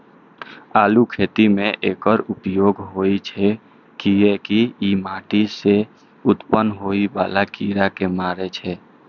आलूक खेती मे एकर उपयोग होइ छै, कियैकि ई माटि सं उत्पन्न होइ बला कीड़ा कें मारै छै